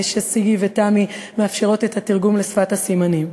שפייגי ותמי מאפשרות את התרגום לשפת הסימנים.